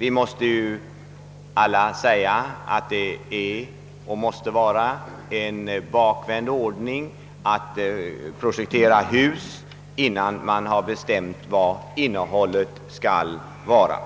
Vi måste ju alla säga att det är och måste vara en bakvänd ordning att projektera hus, innan man har bestämt hur innehållet skall vara.